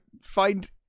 find